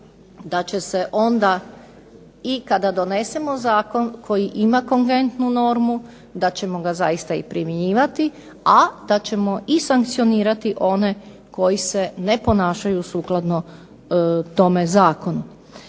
da će se onda i kada donesemo zakon koji ima …/Govornica se ne razumije./… normu da ćemo ga zaista i primjenjivati, a da ćemo i sankcionirati one koji se ne ponašaju sukladno tome zakonu.